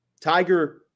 Tiger